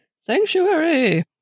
sanctuary